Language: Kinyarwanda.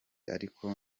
ariko